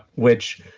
which,